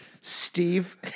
Steve